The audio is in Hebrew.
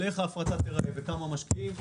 על איך ההפרטה תיראה וכמה משקיעים.